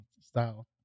style